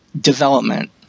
development